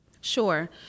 sure